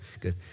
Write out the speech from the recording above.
good